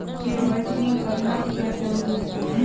KYC करना क्याँ जरुरी होचे?